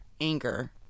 anger